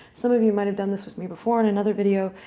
some of you might have done this with me before in another video.